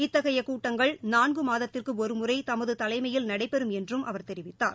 இத்தகைய கூட்டங்கள்நான்கு மாதத்திற்கு ஒருமுறை தமது தலைமையில் நடைபெறும் என்றும் அவர் தெரிவித்தார்